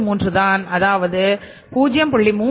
33 தான் அதாவது 0